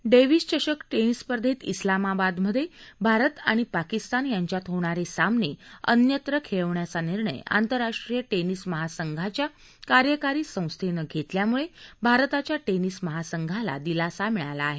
Davis चषक tennis स्पर्धेत उिलामाबादमध्ये भारत आणि पाकिस्तान यांच्यात होणारे सामने अन्यत्र खेळवण्याचा निर्णय आंतराष्ट्रीय टेनिस महासंघाच्या कार्यकारी संस्थेनं घेतल्यामुळे भारताच्या टेनिस महासंघाला दिलासा मिळाला आहे